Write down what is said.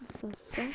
زِ ساس سَتھ